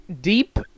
deep